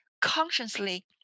consciously